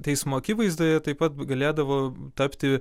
teismo akivaizdoje taip pat galėdavo tapti